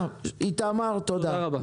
איתמר, תודה.